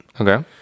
Okay